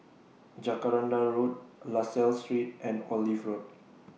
Jacaranda Road La Salle Street and Olive Road